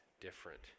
different